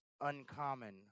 uncommon